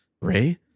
Ray